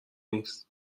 نیست